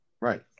Right